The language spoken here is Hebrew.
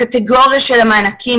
הקטגוריה של המענקים,